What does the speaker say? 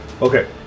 Okay